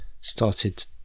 started